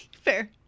Fair